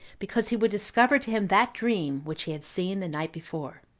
because he would discover to him that dream which he had seen the night before.